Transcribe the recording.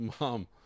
mom